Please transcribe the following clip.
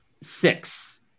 six